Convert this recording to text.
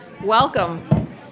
Welcome